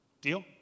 Deal